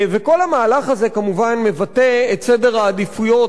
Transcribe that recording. וכל המהלך הזה כמובן מבטא את סדר העדיפויות